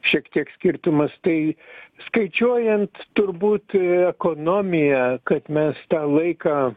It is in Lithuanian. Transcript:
šiek tiek skirtumas tai skaičiuojant turbūt ekonomiją kad mes tą laiką